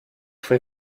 fue